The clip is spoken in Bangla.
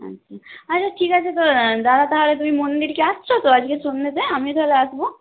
আচ্ছা আচ্ছা ঠিক আছে দাদা তাহলে তুমি মন্দিরকে আসছো তো আজকে সন্ধেতে আমিও তাহলে আসবো